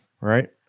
right